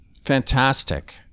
Fantastic